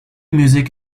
music